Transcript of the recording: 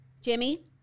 Jimmy